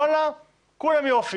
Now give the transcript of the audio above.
וואלה, כולם יופי.